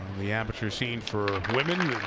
the amateur scene for women,